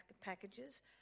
packages